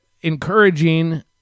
encouraging